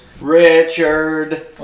Richard